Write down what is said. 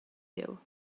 jeu